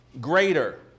greater